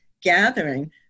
gathering